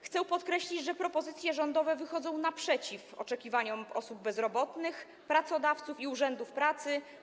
Chcę podkreślić, że propozycje rządowe wychodzą naprzeciw oczekiwaniom osób bezrobotnych, pracodawców i urzędów pracy.